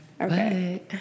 Okay